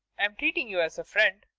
i'm treating you as a friend.